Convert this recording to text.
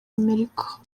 amerika